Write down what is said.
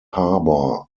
harbor